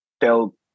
Tell